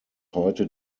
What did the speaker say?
heute